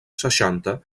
seixanta